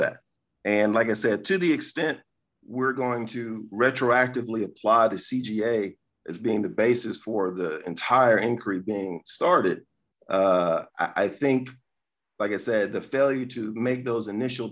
that and like i said to the extent we're going to retroactively apply the c g a as being the basis for the entire increase being started i think like i said the failure to make those initial